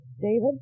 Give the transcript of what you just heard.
David